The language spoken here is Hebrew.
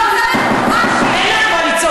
החוק.